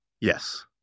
Yes